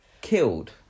killed